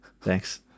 Thanks